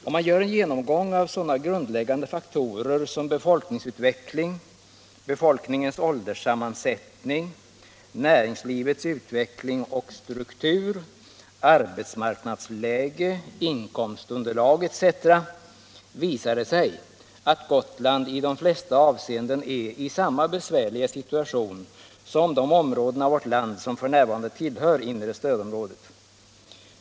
Om man gör en genomgång av sådana grundläggande faktorer som befolkningsutveckling, befolkningens ålderssammansättning, näringslivets utveckling och struktur, arbetsmarknadsläge, inkomstunderlag etc. visar det sig att Gotland i de flesta avseenden är i samma besvärliga situation som de områden av vårt land som f. n. tillhör inre stödområdet.